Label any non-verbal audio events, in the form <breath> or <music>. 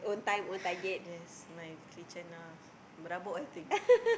<breath> yes my kitchen ah berhabuk I think